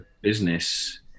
business